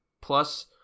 plus